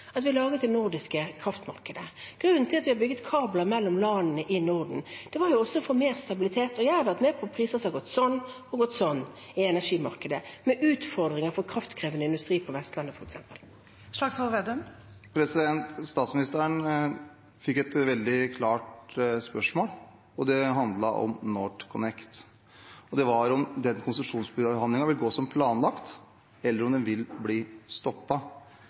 at vi har bygget kabler mellom landene i Norden, var også å skape mer stabilitet. Jeg har vært med på at priser har gått opp og ned i energimarkedet, som er utfordrende for kraftkrevende industri, f.eks. på Vestlandet. Det åpnes for oppfølgingsspørsmål – først Trygve Slagsvold Vedum. Statsministeren fikk et veldig klart spørsmål. Det handlet om NorthConnect. Det var om konsesjonsbehandlingen vil gå som planlagt, eller om den vil bli